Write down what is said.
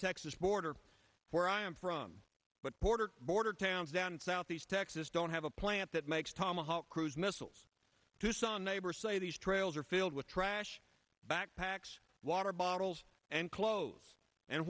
texas border where i'm from but border to border towns down southeast texas don't have a plant that makes tomahawk cruise missiles to some neighbors say these trails are filled with trash backpacks water bottles and clothes and